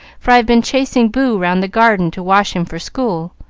for i've been chasing boo round the garden to wash him for school.